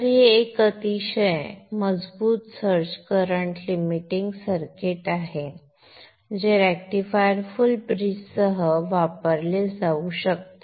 तर हे एक अतिशय मजबूत सर्ज करंट लिमिटिंग सर्किट आहे जे रेक्टिफायर फुल ब्रिजसह वापरले जाऊ शकते